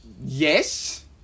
Yes